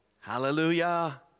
Hallelujah